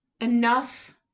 enough